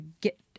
get